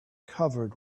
covered